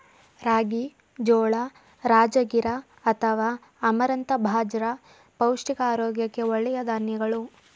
ರಾಗಿ, ಜೋಳ, ರಾಜಗಿರಾ ಅಥವಾ ಅಮರಂಥ ಬಾಜ್ರ ಪೌಷ್ಟಿಕ ಆರೋಗ್ಯಕ್ಕೆ ಒಳ್ಳೆಯ ಧಾನ್ಯಗಳು